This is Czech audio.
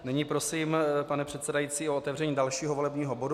Nyní prosím, pane předsedající, o otevření dalšího volebního bodu.